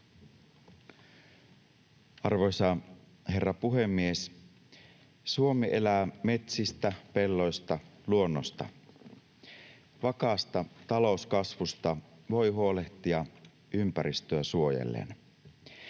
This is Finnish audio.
Arvoisa herra puhemies! Suomi elää metsistä, pelloista, luonnosta. Vakaasta talouskasvusta voi huolehtia ympäristöä suojellen.